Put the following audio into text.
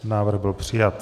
Návrh byl přijat.